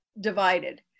divided